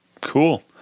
Cool